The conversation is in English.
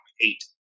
eight